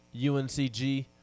uncg